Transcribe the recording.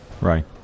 Right